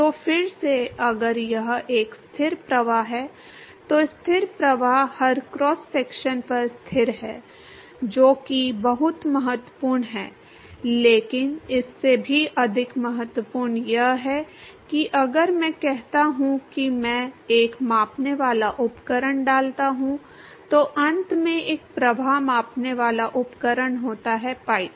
तो फिर से अगर यह एक स्थिर प्रवाह है तो स्थिर प्रवाह हर क्रॉस सेक्शन पर स्थिर है जो कि बहुत महत्वपूर्ण है लेकिन इससे भी अधिक महत्वपूर्ण यह है कि अगर मैं कहता हूं कि मैं एक मापने वाला उपकरण डालता हूं तो अंत में एक प्रवाह मापने वाला उपकरण होता है पाइप